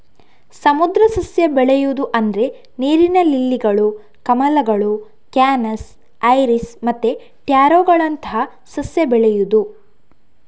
ಸಮುದ್ರ ಸಸ್ಯ ಬೆಳೆಯುದು ಅಂದ್ರೆ ನೀರಿನ ಲಿಲ್ಲಿಗಳು, ಕಮಲಗಳು, ಕ್ಯಾನಸ್, ಐರಿಸ್ ಮತ್ತೆ ಟ್ಯಾರೋಗಳಂತಹ ಸಸ್ಯ ಬೆಳೆಯುದು